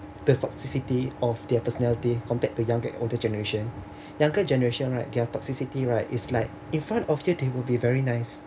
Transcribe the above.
the toxicity of their personality compared to younger older generation younger generation right their toxicity right is like in front of them they will be very nice